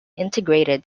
integrated